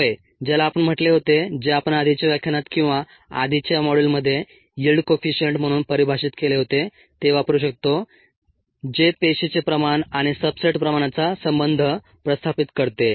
होय ज्याला आपण म्हटले होते जे आपण आधीच्या व्याख्यानात किंवा आधीच्या मॉड्यूलमध्ये यिल्ड कोइफीशीअंट म्हणून परिभाषित केले होते ते वापरू शकतो जे पेशीचे प्रमाण आणि सब्सट्रेट प्रमाणाचा संबंध प्रस्थापित करते